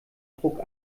druck